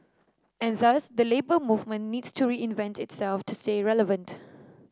and thus the Labour Movement needs to reinvent itself to stay relevant